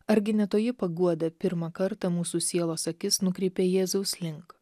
argi ne toji paguoda pirmą kartą mūsų sielos akis nukreipė jėzaus link